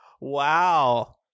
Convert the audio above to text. Wow